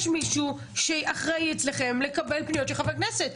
מישהו שאחראי אצלכם לקבל פניות של חברי כנסת.